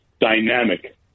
dynamic